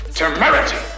temerity